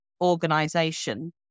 organization